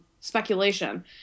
speculation